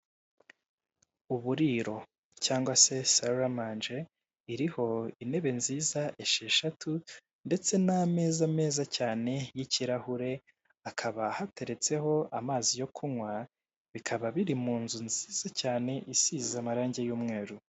Uburiro cyangwa se saramange iriho intebe nziza esheshatu ndetse n'ameza meza cyane y'ikirahure hakaba hateretseho amazi yo kunywa bikaba biri mu nzu nziza cyane isize amarangi y'umweru.